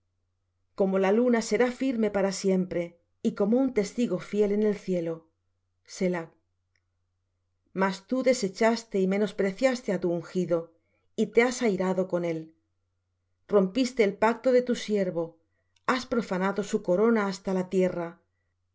como la luna será firme para siempre y como un testigo fiel en el cielo selah mas tú desechaste y menospreciaste á tu ungido y te has airado con él rompiste el pacto de tu siervo has profanado su corona hasta la tierra